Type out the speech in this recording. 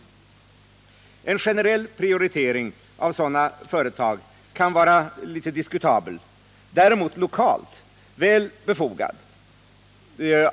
En generell prioritering av sådana företag kan vara diskutabel, däremot lokalt väl befogad.